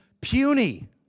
puny